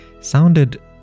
sounded